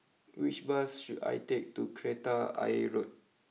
which bus should I take to Kreta Ayer Road